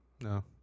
No